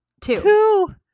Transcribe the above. Two